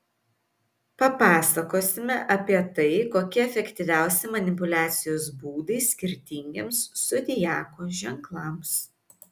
papasakosime apie tai kokie efektyviausi manipuliacijos būdai skirtingiems zodiako ženklams